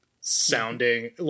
sounding